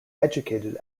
educated